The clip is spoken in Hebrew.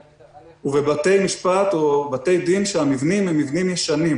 ובבתי משפט או בתי דין שבהם המבנים ישנים.